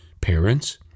parents